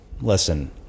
listen